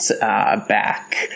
back